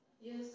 Yes